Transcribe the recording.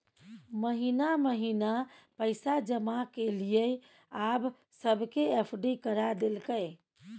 महिना महिना पैसा जमा केलियै आब सबके एफ.डी करा देलकै